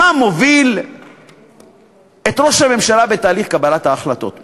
מה מוביל את ראש הממשלה בתהליך קבלת ההחלטות,